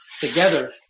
together